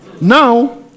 Now